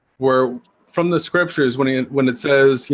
where from the scriptures when and when it says, you